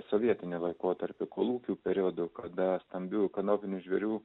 sovietiniu laikotarpiu kolūkių periodu kada stambiųjų kanopinių žvėrių